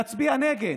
להצביע נגד.